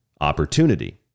opportunity